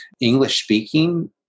English-speaking